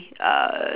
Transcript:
uh